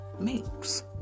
Makes